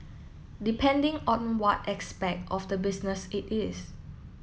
depending on what aspect of the business it is